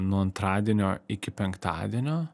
nuo antradienio iki penktadienio